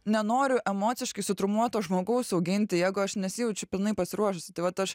nenoriu emociškai sutraumuoto žmogaus auginti jeigu aš nesijaučiu pilnai pasiruošus tai vat aš